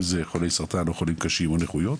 אם זה חולי סרטן או חולים קשים או נכויות,